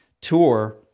tour